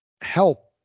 help